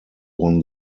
won